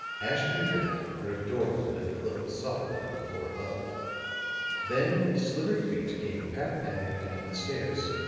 ashton-kirk heard a door open and close softly on the floor above then slippered feet came pat-patting down the stairs.